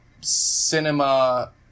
Cinema